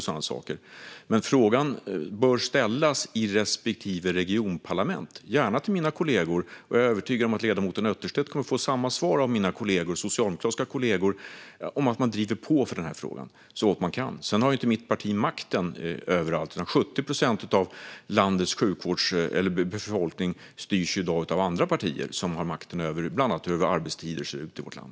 Frågan bör dock ställas i respektive regionparlament, gärna till mina kollegor. Jag är övertygad om att ledamoten Utterstedt kommer att få samma svar från mina socialdemokratiska kollegor om att de driver på i denna fråga så gott de kan. Mitt parti har ju inte makten överallt, utan 70 procent av landets befolkning styrs lokalt av andra partier, som har makten över bland annat hur arbetstider ser ut i vårt land.